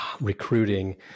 recruiting